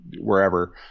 wherever